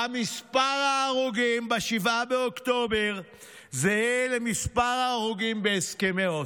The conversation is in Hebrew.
שמספר ההרוגים ב-7 באוקטובר זהה למספר ההרוגים בהסכמי אוסלו.